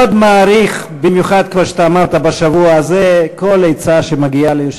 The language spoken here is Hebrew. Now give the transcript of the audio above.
איש מודיעין מבריק שמבצעיו סייעו לגירוש